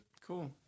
Cool